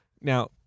Now